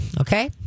Okay